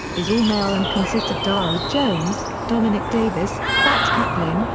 is all-male and consists of daru jones, dominic davis, fats kaplin,